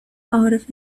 عارف